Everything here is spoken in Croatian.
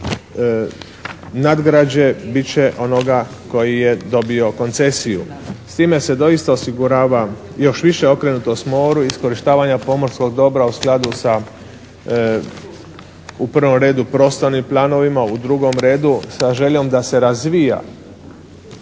nadgrađe bit će onoga koji je dobio koncesiju. S time se doista osigurava više okrenutost moru, iskorištavanja pomorskog dobra u skladu sa u prvom redu prostornim planovima, u drugom redu sa željom da se razvija